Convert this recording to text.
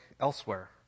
elsewhere